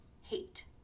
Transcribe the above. hate